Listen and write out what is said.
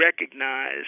recognize